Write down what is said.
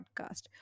podcast